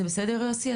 זה בסדר, יוסי?